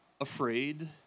afraid